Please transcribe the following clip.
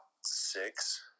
six